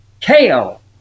kale